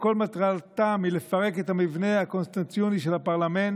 שכל מטרתם היא לפרק את המבנה הקונסטיטוציוני של הפרלמנט,